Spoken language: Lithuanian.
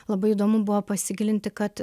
labai įdomu buvo pasigilinti kad